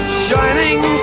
shining